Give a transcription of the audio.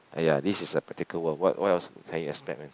!aiya! this is a practical world what what else can you expect man